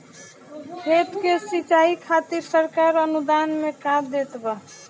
खेत के सिचाई खातिर सरकार अनुदान में का देत बा?